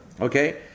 Okay